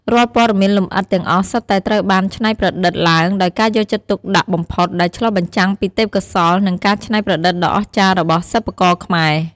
រាល់ព័ត៌មានលម្អិតទាំងអស់សុទ្ធតែត្រូវបានច្នៃប្រឌិតឡើងដោយការយកចិត្តទុកដាក់បំផុត ដែលឆ្លុះបញ្ចាំងពីទេពកោសល្យ និងការច្នៃប្រឌិតដ៏អស្ចារ្យរបស់សិប្បករខ្មែរ។